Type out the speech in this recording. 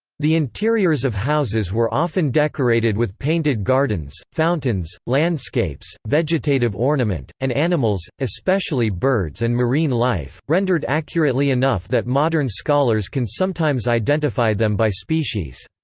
the interiors of houses were often decorated with painted gardens, fountains, landscapes, vegetative ornament, and animals, especially birds and marine life, rendered accurately enough that modern scholars can sometimes identify them by species.